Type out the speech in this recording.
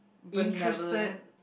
interested